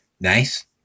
Nice